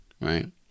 right